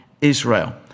Israel